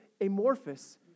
amorphous